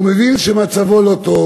והוא מבין שמצבו לא טוב,